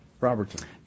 Robertson